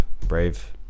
Brave